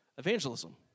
evangelism